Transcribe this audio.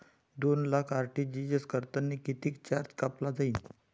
दोन लाख आर.टी.जी.एस करतांनी कितीक चार्ज कापला जाईन?